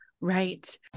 Right